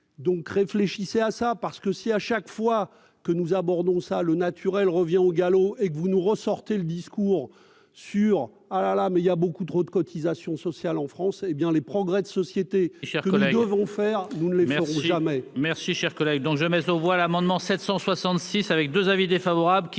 donc réfléchissez à ça parce que si à chaque fois que nous abordons ça le naturel revient au galop et que vous nous ressortez le discours sur ah la la, mais il y a beaucoup trop de cotisations sociales en France, hé bien les progrès de société, c'est-à-dire que nous devons faire, nous ne les verront jamais.